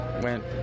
went